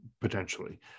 potentially